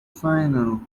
final